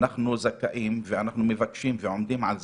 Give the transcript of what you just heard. אנחנו זכאים, ואנחנו מבקשים ועומדים על זה,